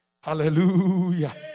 Hallelujah